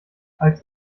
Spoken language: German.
als